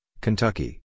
Kentucky